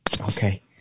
Okay